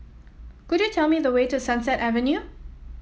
could you tell me the way to Sunset Avenue